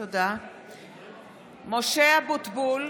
(קוראת בשמות חברי הכנסת) משה אבוטבול,